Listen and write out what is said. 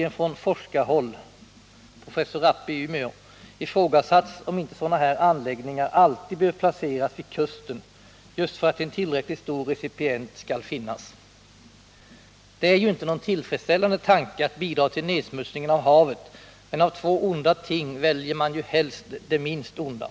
En forskare, professor Rappe i Umeå, har ifrågasatt om inte sådana här anläggningar alltid Nr 66 bör placeras vid kusten just för att en tillräckligt stor recipient skall Tisdagen den finnas. 16 januari 1979 Det är inte någon tillfredsställande tanke att bidra till nedsmutsningen av havet, men av två onda ting väljer man ju helst det minst onda.